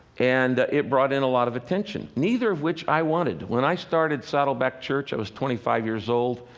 and it brought in a lot of attention, neither of which i wanted. when i started saddleback church, i was twenty five years old.